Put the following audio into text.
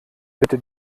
bitte